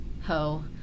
ho